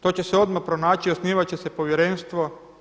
To će se odmah pronaći, osnivat će se povjerenstvo.